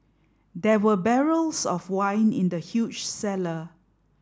there were barrels of wine in the huge cellar